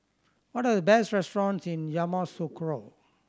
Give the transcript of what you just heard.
what are the best restaurants in Yamoussoukro